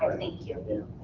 thank you. yeah,